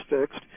fixed